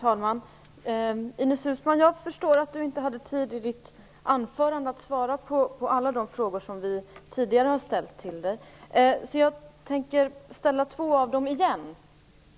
Herr talman! Jag förstår att Ines Uusmann i sitt anförande inte hade tid att svara på alla de frågor som vi tidigare ställt till henne. Jag tänker därför ställa två av dem igen.